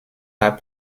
pas